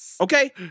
Okay